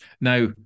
Now